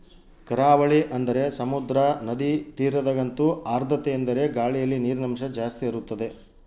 ಕರಾವಳಿ ಅಂದರೆ ಸಮುದ್ರ, ನದಿ ತೀರದಗಂತೂ ಆರ್ದ್ರತೆಯೆಂದರೆ ಗಾಳಿಯಲ್ಲಿ ನೀರಿನಂಶ ಜಾಸ್ತಿ ಇರುತ್ತದೆ